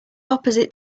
opposite